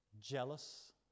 jealous